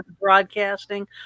broadcasting